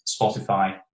Spotify